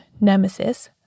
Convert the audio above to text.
Nemesis